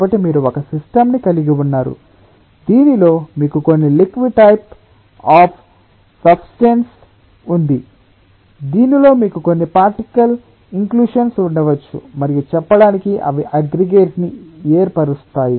కాబట్టి మీరు ఒక సిస్టమ్స్ ని కలిగి ఉన్నారు దీనిలో మీకు కొన్ని లిక్విడ్ టైప్ అఫ్ సబ్స్ట్రెట్ ఉంది దీనిలో మీకు కొన్ని పార్టికల్స్ ఇంక్లుషన్స్ ఉండవచ్చు మరియు చెప్పటానికి అవి అగ్రిగేట్స్ ని ఏర్పరుస్తాయి